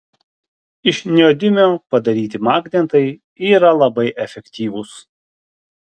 iš neodimio padaryti magnetai yra labai efektyvūs